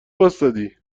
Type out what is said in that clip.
واستادی